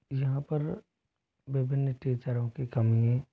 यहाँ पर विभिन्न टीचरों की कमी है